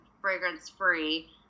fragrance-free